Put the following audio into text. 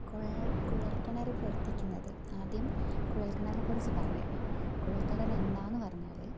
കുഴൽ കുഴല്ക്കിണര് പ്രവര്ത്തിക്കുന്നത് ആദ്യം കുഴല്ക്കിണറിനെക്കുറിച്ച് പറയാം കുഴല്ക്കിണര് എന്താണെന്നു പറഞ്ഞാൽ